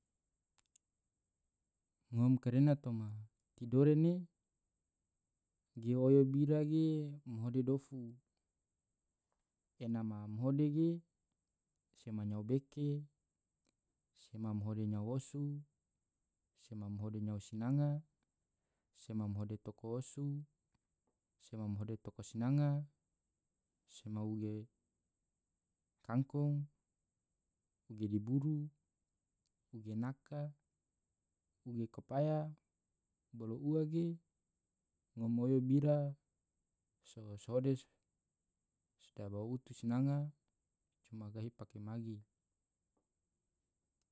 ngom karena toma tidore ne ge oyo bira ge mahode dofu, ene mahode ge sema nyao beke, sema mahode nyao osu, sema mahode nyao sinanga, sema mahode toko osu, sema mahode toko sinanga, sema uge kangkong, uge diburu, uge naka, uge kopaya, bolo ua ge ngom oyo bira so hode sedaba utu sinanga coma gahi pake magi.